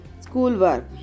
schoolwork